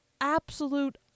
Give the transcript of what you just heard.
absolute